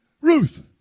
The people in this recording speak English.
Ruth